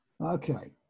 Okay